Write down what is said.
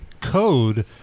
Code